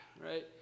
right